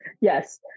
Yes